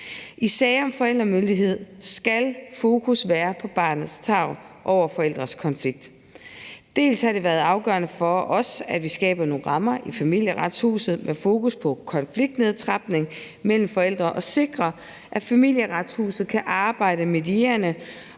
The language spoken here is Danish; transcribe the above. I sager om forældremyndighed skal fokus være på barnets tarv over forældrenes konflikt. Dels har det været afgørende for os, at vi skaber nogle rammer i Familieretshuset med fokus på konfliktnedtrapning mellem forældre og sikrer, at Familieretshuset kan arbejde og styrke